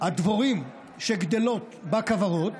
הדבורים שגדלות בכוורות